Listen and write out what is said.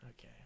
Okay